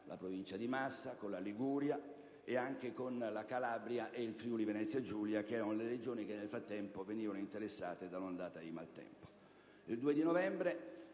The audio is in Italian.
la provincia di Massa, con la Liguria, nonché con la Calabria e il Friuli-Venezia Giulia, ossia le regioni che nel frattempo venivano interessate da un'ondata di maltempo.